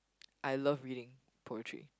I love reading poetry